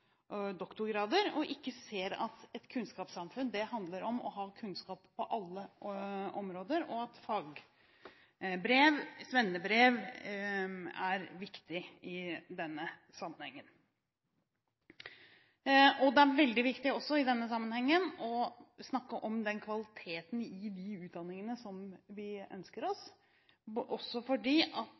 og doktorgrader, og ikke ser at et kunnskapssamfunn handler om å ha kunnskap på alle områder, og at fagbrev, svennebrev, er viktig i denne sammenhengen. Det er veldig viktig også i denne sammenhengen å snakke om den kvaliteten i utdanningene som vi ønsker oss, også fordi